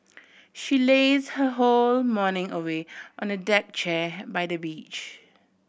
she laze her whole morning away on a deck chair by the beach